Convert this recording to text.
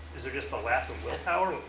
is it just a lack of willpower,